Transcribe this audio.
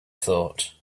thought